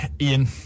Ian